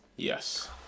Yes